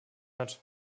hat